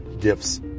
gifts